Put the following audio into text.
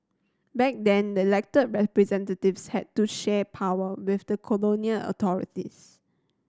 back then the elected representatives had to share power with the colonial authorities